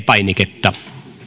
painiketta